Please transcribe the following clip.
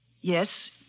Yes